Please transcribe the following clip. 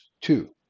two